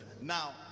Now